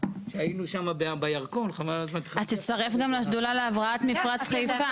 שהיינו שם בירקון --- תצטרף גם לשדולה להבראת מפרץ חיפה.